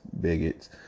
bigots